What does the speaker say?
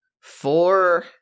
Four